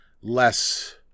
less